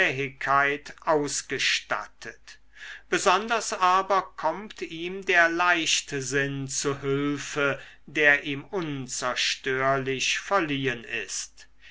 ausgestattet besonders aber kommt ihm der leichtsinn zu hülfe der ihm unzerstörlich verliehen ist